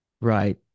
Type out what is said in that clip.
right